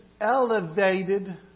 elevated